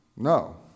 No